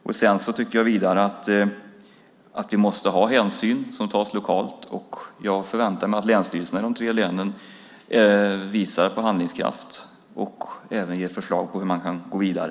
Jag tycker vidare att hänsyn måste tas lokalt, och jag förväntar mig att länsstyrelserna i de tre länen visar handlingskraft och även ger förslag på hur man kan gå vidare.